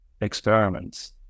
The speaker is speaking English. experiments